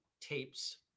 tapes